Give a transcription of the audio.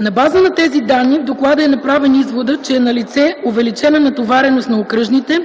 На базата на тези данни в доклада е направен изводът, че е налице увеличена натовареност на окръжните